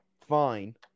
fine